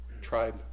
tribe